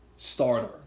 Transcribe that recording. starter